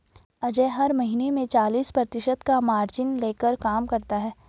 अजय हर महीने में चालीस प्रतिशत का मार्जिन लेकर काम करता है